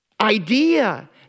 idea